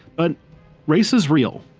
but race is real.